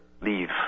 leave